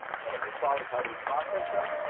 and as far as how do we process them,